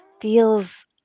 feels